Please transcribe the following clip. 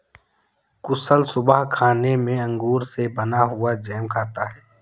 कुशल सुबह खाने में अंगूर से बना हुआ जैम खाता है